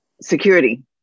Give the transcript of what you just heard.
security